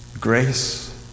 Grace